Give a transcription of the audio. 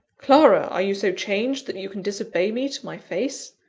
clara! are you so changed, that you can disobey me to my face?